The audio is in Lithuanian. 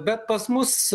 bet pas mus